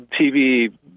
TV